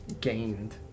gained